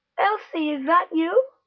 elsie! is that you.